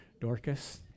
Dorcas